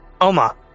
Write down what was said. Oma